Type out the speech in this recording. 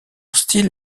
style